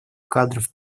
кадров